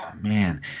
Man